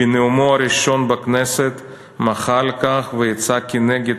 בנאומו הראשון בכנסת הוא מחה על כך ויצא כנגד